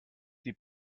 die